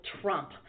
Trump